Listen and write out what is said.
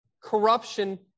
corruption